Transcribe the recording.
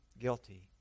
guilty